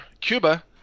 Cuba